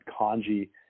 kanji